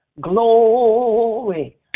Glory